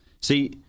See